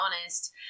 honest